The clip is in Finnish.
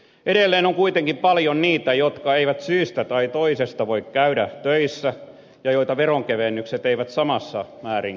edelleen on kuitenkin paljon niitä jotka eivät syystä tai toisesta voi käydä töissä ja joita veronkevennykset eivät samassa määrin koske